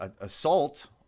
assault